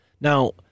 Now